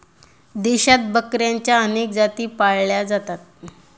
देशात बकऱ्यांच्या अनेक जाती पाळल्या जातात